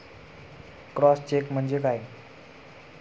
Cross check म्हणजे काय?